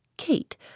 Kate